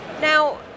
Now